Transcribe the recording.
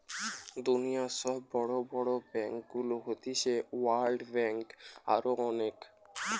দুনিয়র সব বড় বড় ব্যাংকগুলো হতিছে ওয়ার্ল্ড ব্যাঙ্ক, আরো অনেক